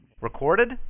Recorded